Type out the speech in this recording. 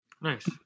Nice